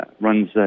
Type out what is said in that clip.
runs